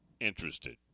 interested